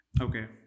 Okay